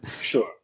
sure